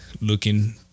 looking